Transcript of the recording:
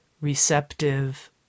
receptive